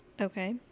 Okay